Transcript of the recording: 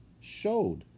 showed